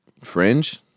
Fringe